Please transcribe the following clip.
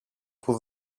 που